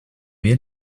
wir